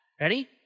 ready